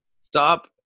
Stop